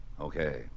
Okay